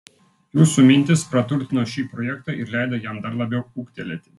jūsų mintys praturtino šį projektą ir leido jam dar labiau ūgtelėti